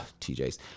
TJ's